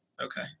Okay